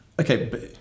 Okay